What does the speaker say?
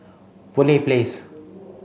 Boon Lay Place